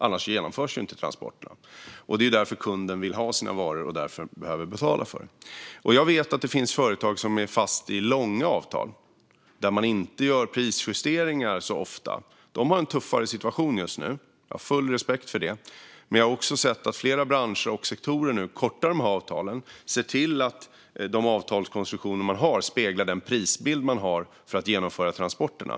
Annars genomförs inte transporterna. Kunden vill ju ha sina varor och behöver därför betala för transporterna. Jag vet att det finns företag som är fast i långa avtal och inte gör prisjusteringar så ofta. De har en tuffare situation just nu, och jag har full respekt för det. Men jag har också sett att flera branscher och sektorer nu kortar avtalen och ser till att deras avtalskonstruktioner speglar deras kostnad för att genomföra transporterna.